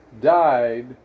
died